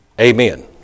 Amen